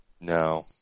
No